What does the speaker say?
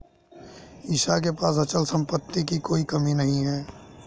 ईशा के पास अचल संपत्ति की कोई कमी नहीं है